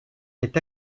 est